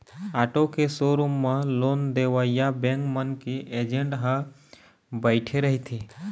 auto के showroom म loan देवइया बेंक मन के एजेंट ह बइठे रहिथे